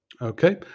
Okay